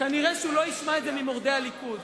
הוא כנראה לא ישמע את זה ממורדי הליכוד.